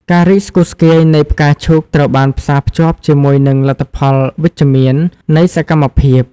ការរីកស្គុះស្គាយនៃផ្កាឈូកត្រូវបានផ្សារភ្ជាប់ជាមួយនឹងលទ្ធផលវិជ្ជមាននៃសកម្មភាព។